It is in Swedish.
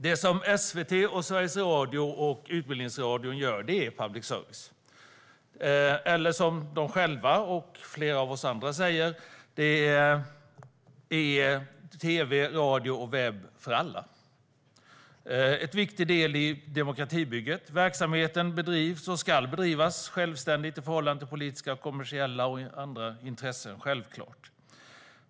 Det som SVT, Sveriges Radio och Utbildningsradion gör är public service. Eller som de själva och flera av oss andra säger: Det är tv, radio och webb för alla, en viktig del i demokratibygget. Verksamheten bedrivs och ska bedrivas självständigt i förhållande till politiska, kommersiella och andra intressen.